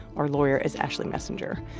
our lawyer is ashley messenger.